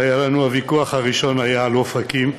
הוויכוח הראשון היה על אופקים,